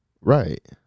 Right